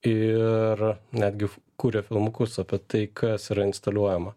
ir netgi kuria filmukus apie tai kas yra instaliuojama